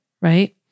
Right